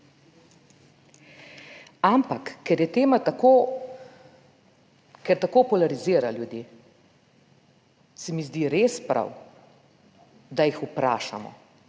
Ampak, ker je tema tako, ker tako polarizira ljudi, se mi zdi res prav, da jih vprašamo,